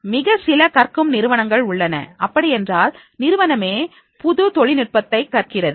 மிக சில கற்கும் நிறுவனங்கள் உள்ளன அப்படி என்றால் நிறுவனமே புது தொழில்நுட்பத்தை கற்கிறது